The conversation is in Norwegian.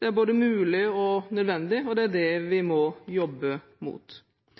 Det er både mulig og nødvendig, og det er det vi må jobbe mot.